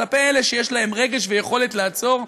כלפי אלה שיש להם רגש ויכולת לעצור,